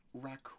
raccoon